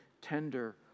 tender